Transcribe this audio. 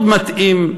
מאוד מתאים,